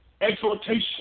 exhortation